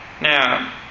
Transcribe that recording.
Now